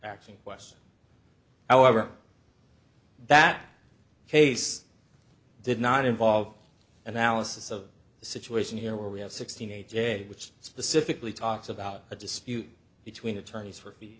ing question however that case did not involve analysis of the situation here where we have sixteen a j which specifically talks about a dispute between attorneys for